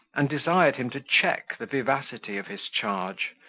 and desired him to check the vivacity of his charge,